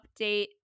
update